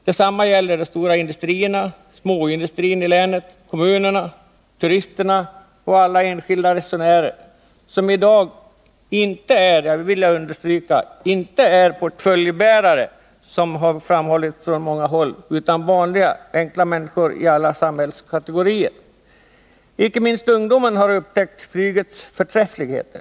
Detsamma gäller de stora industrierna, småindustrin i länet, kommunerna, turister och alla enskilda resenärer som i dag inte — jag vill understryka inte — är portföljbärare, vilket felaktigt framhållits från en del håll, utan vanliga enkla människor av alla kategorier. Inte minst ungdomen har nu upptäckt flygets förträfflighet.